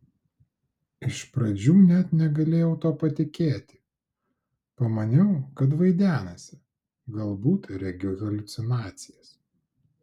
iš pradžių net negalėjau tuo patikėti pamaniau kad vaidenasi galbūt regiu haliucinacijas